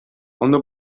ondo